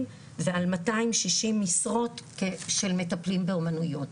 ועל 260 משרות של מטפלים באומנויות.